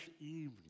evening